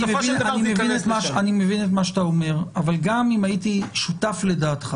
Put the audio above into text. אני מבין את מה שאתה אומר אבל גם אם הייתי שותף לדעתך